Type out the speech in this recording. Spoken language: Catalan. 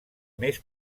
més